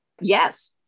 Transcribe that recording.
Yes